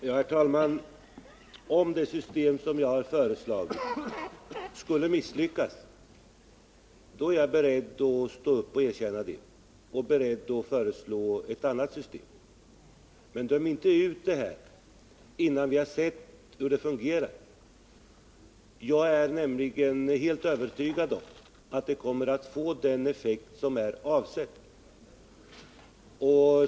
Herr talman! Om vi med det system jag har föreslagit skulle misslyckas med att uppnå syftet, då är jag beredd att stå upp och erkänna det och att föreslå ett annat system. Men döm inte ut det, innan vi har sett hur det fungerar! Jag är nämligen helt övertygad om att det kommer att få den effekt som är avsedd.